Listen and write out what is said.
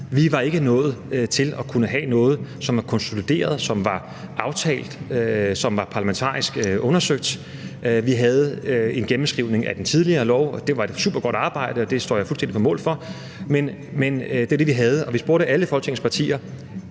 Vi var ikke nået til at kunne have noget, som var konsolideret, som var aftalt, og som var parlamentarisk undersøgt. Vi havde en gennemskrivning af den tidligere lov, og det var et supergodt arbejde, og det står jeg fuldstændig på mål for, men det var det, vi havde. Og vi spurgte alle Folketingets partier: